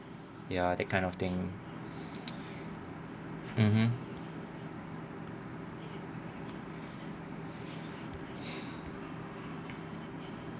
ya that kind of thing mmhmm